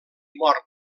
mort